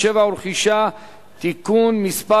(תיקון מס'